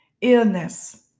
illness